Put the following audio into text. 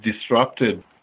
disrupted